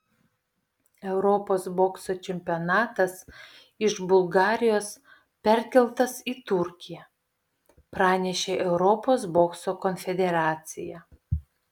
europos bokso čempionatas iš bulgarijos perkeltas į turkiją pranešė europos bokso konfederacija